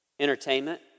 Entertainment